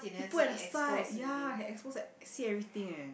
you put at the side ya can expose and see everything eh